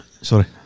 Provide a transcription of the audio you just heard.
Sorry